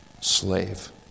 slave